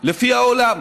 לפי העולם.